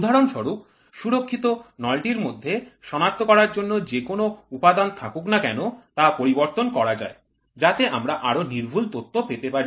উদাহরণস্বরূপ সুরক্ষিত নলটির মধ্যে সনাক্ত করার জন্য যে কোন উপাদান থাকুক না কেন তা পরিবর্তন করা যায় যাতে আমরা আরো নির্ভুল তথ্য পেতে পারি